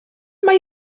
mae